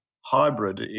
hybrid